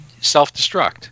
self-destruct